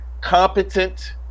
competent